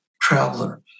traveler